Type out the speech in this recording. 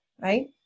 right